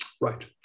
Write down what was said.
Right